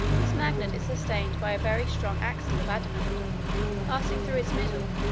this magnet is sustained by a very strong axle of adamant passing through its middle,